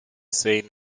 seine